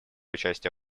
участие